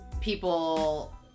people